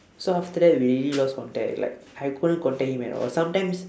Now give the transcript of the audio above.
so after that we really lost contact like I couldn't contact him at all sometimes